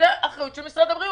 זו אחריות של משרד הבריאות.